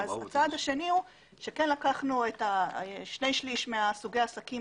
הצעד השני הוא שכן לקחנו את שני שליש מסוגי העסקים